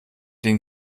den